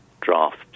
draft